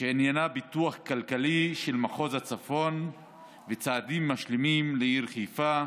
שעניינה פיתוח כלכלי של מחוז הצפון וצעדים משלימים לעיר חיפה,